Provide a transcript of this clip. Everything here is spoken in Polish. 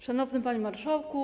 Szanowny Panie Marszałku!